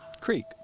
Creek